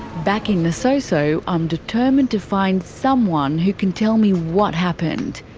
back in nasoso i'm determined to find someone who can tell me what happened.